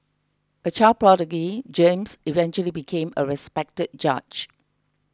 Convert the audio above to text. a child prodigy James eventually became a respected judge